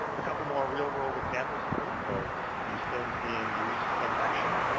a couple more real-world examples for you of these sin's being used in action.